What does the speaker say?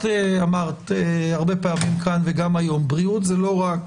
את אמרת הרבה פעמים כאן וגם היום שבריאות זה לא רק